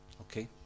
Okay